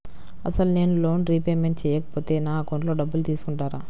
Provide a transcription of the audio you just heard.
అసలు నేనూ loan repayment చేయకపోతే నా అకౌంట్లో డబ్బులు తీసుకుంటారా?